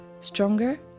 stronger